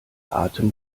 atem